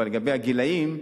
אבל לגבי הגילאים,